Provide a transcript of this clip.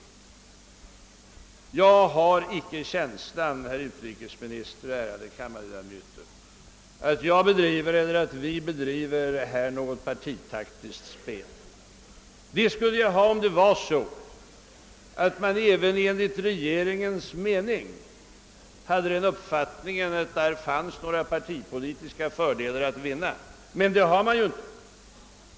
Jag har icke någon känsla av, herr utrikesminister och ärade kammarledamöter, att jag här bedriver något partipolitiskt spel. Det skulle jag kunna sägas ha gjort om det vore så, att man inom regeringen hade den uppfattningen att det fanns några partipolitiska fördelar att vinna genom att gå på vår mer expansiva linje. Men en sådan uppfattning har ju regeringen inte.